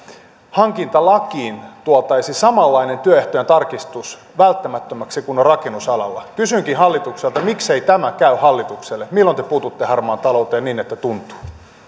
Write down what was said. hankintalakiin tuotaisiin samanlainen työehtojen tarkistus välttämättömäksi kuin on rakennusalalla kysynkin hallitukselta miksei tämä käy hallitukselle milloin te puututte harmaaseen talouteen niin että tuntuu